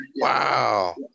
Wow